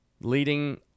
leading